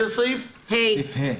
הסעיף (ה)